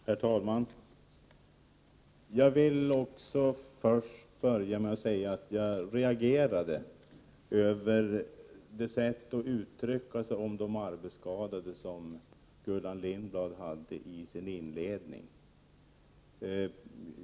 Herr talman! Jag vill börja med att säga att jag reagerade mot Gullan Lindblads sätt att uttrycka sig om de arbetsskadade i sin inledning.